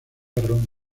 perro